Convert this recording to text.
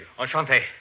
Enchanté